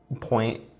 point